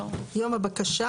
יום הבקשה?